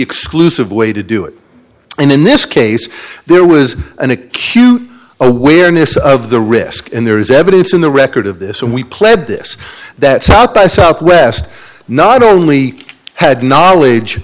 exclusive way to do it and in this case there was an acute awareness of the risk and there is evidence in the record of this and we played this that south by southwest not only had knowledge